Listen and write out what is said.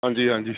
ਹਾਂਜੀ ਹਾਂਜੀ